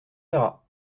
verra